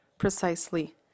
Precisely